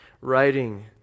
writing